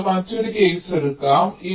നമുക്ക് മറ്റൊരു കേസ് എടുക്കാം